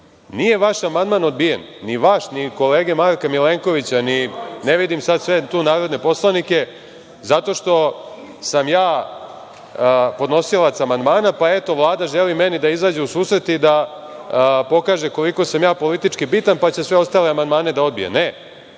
vaš amandman odbijen, ni vaš ni kolege Marka Milenkovića, ne vidim sad sve tu narodne poslanike, zato što sam ja podnosilac amandmana, pa eto, Vlada želi meni da izađe u susret i da pokaže koliko sam ja politički bitan, pa će sve ostale amandmane da odbije. Ne.